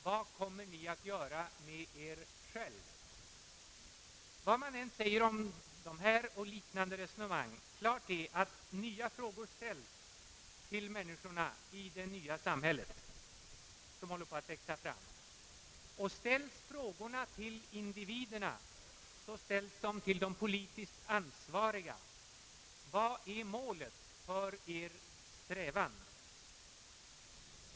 Vad kommer Ni att göra med Er själv?» Klart är, vad som än säges om dessa och liknande resonemang, att nya frågor ställs till människorna i det nya samhälle som håller på att växa fram. Ställs frågorna till individerna, så ställs de till de politiskt ansvariga. Vad är målet för er strävan?